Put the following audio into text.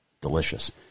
delicious